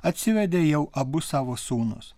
atsivedė jau abu savo sūnūs